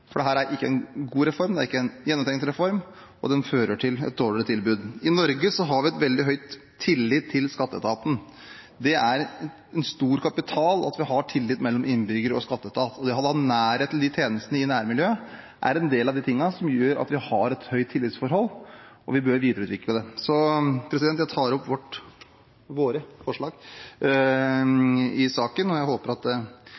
For dette er ikke en god reform, det er ikke en gjennomtenkt reform, og den fører til et dårligere tilbud. I Norge har vi veldig høy tillit til Skatteetaten. Det er en stor kapital at vi har tillit mellom innbyggere og skatteetat, og nærhet til disse tjenestene i nærmiljøet er en del av det som gjør at vi har et høyt tillitsforhold, og vi bør videreutvikle det. Jeg tar opp våre forslag i saken og håper at flere partier, når det